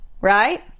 right